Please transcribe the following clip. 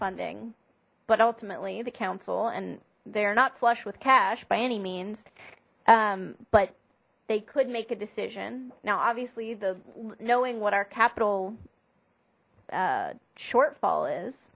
funding but ultimately the council and they are not flush with cash by any means but they could make a decision now obviously the knowing what our capital shortfall is